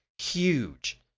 huge